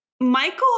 michael